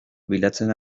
bilatzen